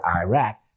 Iraq